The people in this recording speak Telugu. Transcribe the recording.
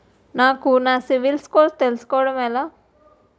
నాకు నా సిబిల్ స్కోర్ తెలుసుకోవడం ఎలా?